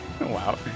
Wow